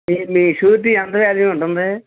మీ మీ షూరిటీ ఎంత వాల్యూ ఉంటుంది